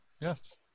Yes